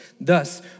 Thus